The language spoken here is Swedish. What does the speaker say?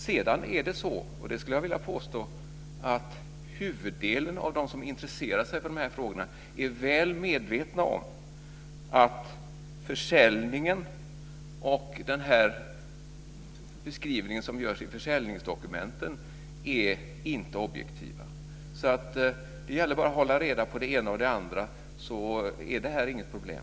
Sedan är det så - det skulle jag vilja påstå - att huvuddelen av dem som intresserar sig för dessa frågor är väl medvetna om att försäljningen och den beskrivning som görs i försäljningsdokumenten inte är objektiva. Det gäller bara att hålla reda på det ena och det andra så är detta inget problem.